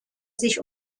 sich